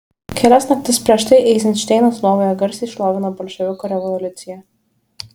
kelias naktis prieš tai eizenšteinas lovoje garsiai šlovina bolševikų revoliuciją